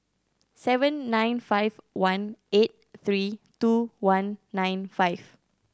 seven nine five one eight three two one nine five